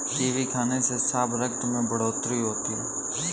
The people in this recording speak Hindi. कीवी खाने से साफ रक्त में बढ़ोतरी होती है